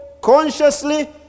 consciously